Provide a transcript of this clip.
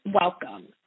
welcome